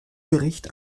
bericht